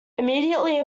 immediately